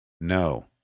no